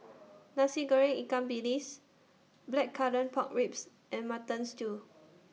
Nasi Goreng Ikan Bilis Blackcurrant Pork Ribs and Mutton Stew